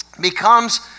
becomes